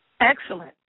Excellent